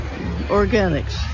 organics